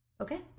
Okay